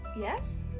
yes